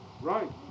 right